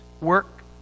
work